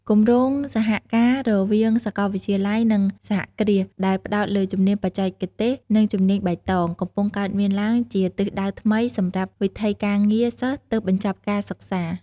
គម្រោងសហការរវាងសាកលវិទ្យាល័យ និងសហគ្រាសដែលផ្តោតលើជំនាញបច្ចេកទេស និងជំនាញបៃតង កំពុងកើតមានឡើងជាទិសដៅថ្មីសម្រាប់វិថីការងារសិស្សទើបបញ្ចប់ការសិក្សា។